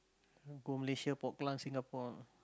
go Malaysia Singapore